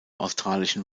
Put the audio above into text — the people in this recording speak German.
australischen